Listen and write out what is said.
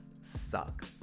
suck